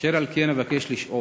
אשר על כן אבקש לשאול: